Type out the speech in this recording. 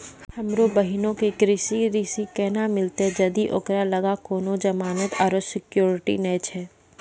हमरो बहिनो के कृषि ऋण केना मिलतै जदि ओकरा लगां कोनो जमानत आरु सिक्योरिटी नै छै?